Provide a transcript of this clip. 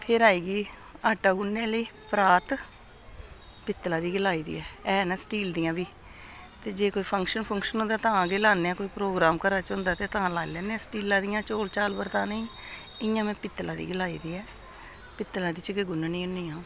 फिर आई गेई आटा गुन्ननी आह्ली परात पित्तला दी गै लाई दी ऐ ऐ न स्टील दियां बी ते जे कोई फंक्शन फुंक्शन होंदा तां गै लान्ने आं कोई प्रोग्राम घरै च होंदा ते तां लाई लैन्ने आं स्टीला दियां चौल चाल बरताने गी इ'यां में पित्तला दी गै लाई दी ऐ पित्तला दी च गै गुन्ननी होन्नी अ'ऊं